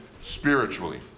spiritually